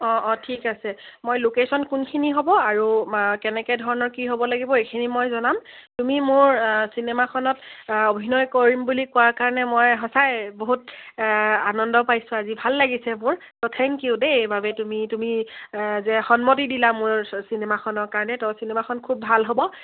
অঁ অঁ ঠিক আছে মই লোকেশ্যন কোনখিনি হ'ব আৰু কেনেকে ধৰণৰ কি হ'ব লাগিব এইখিনি মই জনাম তুমি মোৰ চিনেমাখনত অভিনয় কৰিম বুলি কোৱাৰ কাৰণে মই সঁচাই বহুত আনন্দ পাইছোঁ আজি ভাল লাগিছে মোৰ তো থেংক ইউ দেই এইবাবে তুমি তুমি যে সন্মতি দিলা মোৰ চিনেমাখনৰ কাৰণে তো চিনেমাখন খুব ভাল হ'ব